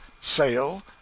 sale